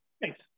Thanks